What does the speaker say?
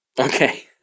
Okay